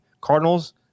Cardinals